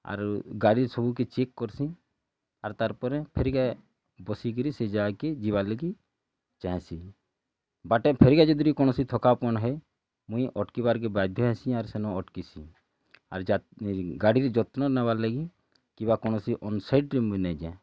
ଆରୁ ଗାଡ଼ି ସବୁ କେ ଚେକ୍ କରସି ଆରୁ ତାର୍ ପରେ ଫିର୍ କେ ବସିକିରି ସେ ଜାଗା କେ ଯିବାର୍ ଲାଗି ଚାହ୍ନେଁସି ବାଟ ଫେରିକା ଯଦିରୁ କୌଣସି ଥକାପଣ ହେ ମୁଇଁ ଅଟକିବାର୍ କେ ବାଧ୍ୟ ହେସି ଆର୍ ସେନୁ ଅଟକିସି ଆର୍ ଯାତ୍ ଗାଡ଼ିର ଯତ୍ନ ନେବାର୍ ଲାଗି କିମ୍ବା କୌଣସି ଅନସାଇଟ୍ ଟ୍ରିପ୍ ମୁଇଁ ନାଇଁ ଯାଏ